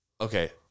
Okay